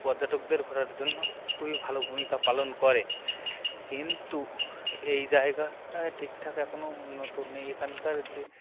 পর্যটকদের ঘোরার জন্য খুবই ভালো ভূমিকা পালন করে কিন্তু এই জায়গাটা ঠিক ঠাক এখনও উন্নত নেই এখানকার যে